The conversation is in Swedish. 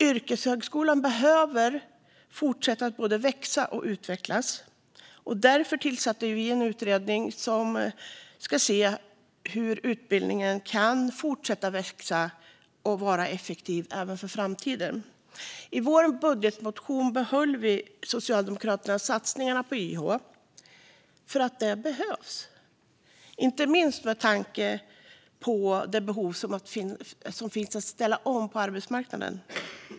Yrkeshögskolan behöver fortsätta att både växa och utvecklas. Därför tillsatte vi en utredning som ska se över hur utbildningen kan fortsätta växa och vara effektiv även i framtiden. I vår budgetmotion behöll vi socialdemokrater satsningarna på YH därför att det behövs, inte minst med tanke på det behov som finns att ställa om arbetsmarknaden.